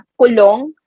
kulong